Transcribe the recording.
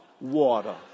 Water